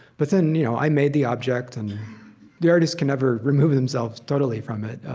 but then, you know, i made the object and the artist can never remove themselves totally from it.